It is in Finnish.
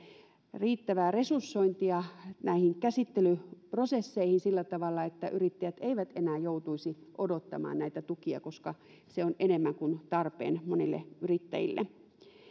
riittävää resursointia näihin käsittelyprosesseihin sillä tavalla että yrittäjät eivät enää joutuisi odottamaan näitä tukia koska se on enemmän kuin tarpeen monille yrittäjille